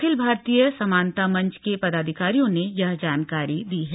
अखिल भारतीय समानता मंच के पदाधिकारियों ने यह जानकारी दी है